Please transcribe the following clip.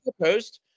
Opposed